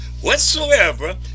whatsoever